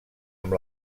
amb